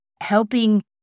helping